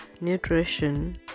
nutrition